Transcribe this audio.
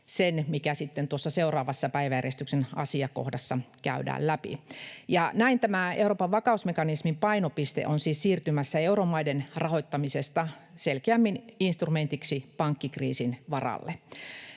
siihen, mikä sitten tuossa seuraavassa päiväjärjestyksen asiakohdassa käydään läpi. Näin Euroopan vakausmekanismin painopiste on siis siirtymässä euromaiden rahoittamisesta selkeämmin instrumentiksi pankkikriisin varalle.